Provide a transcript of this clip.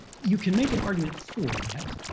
you can make an argument for that.